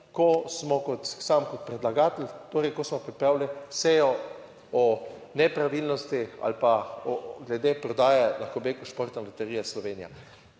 ko smo kot sem, kot predlagatelj, torej ko smo pripravili sejo o nepravilnostih ali pa glede prodaje, lahko bi rekel, Športne loterije Slovenija.